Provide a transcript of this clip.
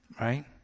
right